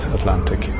Atlantic